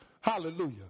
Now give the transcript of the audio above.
hallelujah